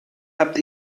habt